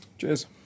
Cheers